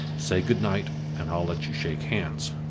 say goodnight, and i'll let you shake hands.